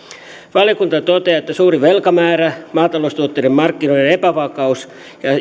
valiokunta toteaa että suuri velkamäärä maataloustuotteiden markkinoiden epävakaus